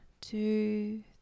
two